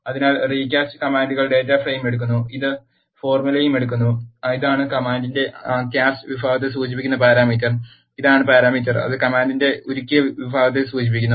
അതിനാൽ recast command data frame എടുക്കുന്നു ഇത് ഫോർമുലയും എടുക്കുന്നു ഇതാണ് കമാൻഡിന്റെ കാസ്റ്റ് വിഭാഗത്തെ സൂചിപ്പിക്കുന്ന പാരാമീറ്റർ ഇതാണ് പാരാമീറ്റർ അത് കമാൻഡിന്റെ ഉരുകിയ വിഭാഗത്തെ സൂചിപ്പിക്കുന്നു